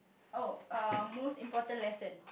oh um most important lesson